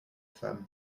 femmes